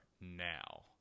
now